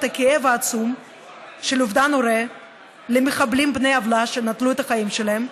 את הכאב העצום של אובדן הורה למחבלים בני עוולה שנטלו את החיים שלהם,